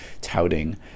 touting